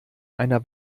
einer